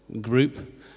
group